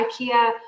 IKEA